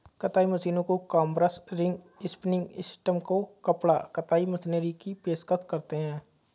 कताई मशीनों को कॉम्बर्स, रिंग स्पिनिंग सिस्टम को कपड़ा कताई मशीनरी की पेशकश करते हैं